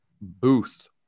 Booth